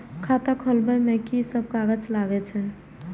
खाता खोलब में की सब कागज लगे छै?